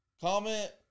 comment